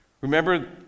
Remember